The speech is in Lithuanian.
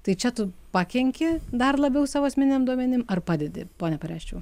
tai čia tu pakenki dar labiau savo asmeniniam duomenim ar padedi pone pareščiau